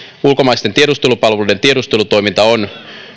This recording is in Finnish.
ulkomaisten tiedustelupalveluiden tiedustelutoiminta on